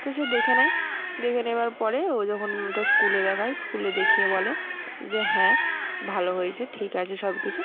তো সে দেখে নেয় দেখে নেবার পরে ও যখন ওটা স্কুলে দেখায় স্কুলে দেখিয়ে বলে যে হ্যাঁ ভালো হয়েছে ঠিক আছে সব কিছু